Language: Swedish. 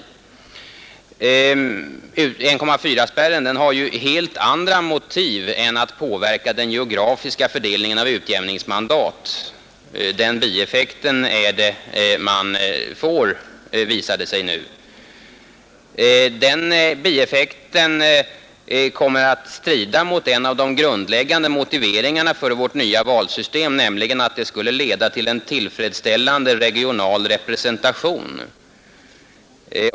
1,4-spärren har ju helt andra motiv än att påverka den geografiska fördelningen av utjämningsmandat. Men den bieffekten visar det sig nu att man får, och den strider mot en av de grundläggande motiveringarna för vårt nya valsystem, nämligen att det borde leda till en tillfredsställande regional representation.